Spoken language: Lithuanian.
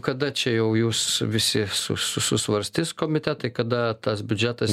kada čia jau jūs visi su su su susvarstys komitetai kada tas biudžetas